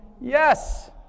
Yes